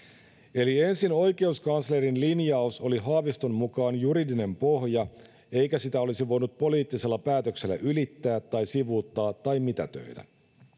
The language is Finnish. eli ensin oikeuskanslerin linjaus oli haaviston mukaan juridinen pohja eikä sitä olisi voinut poliittisella päätöksellä ylittää tai sivuuttaa tai mitätöidä